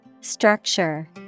Structure